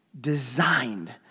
designed